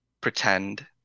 pretend